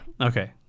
Okay